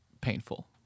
painful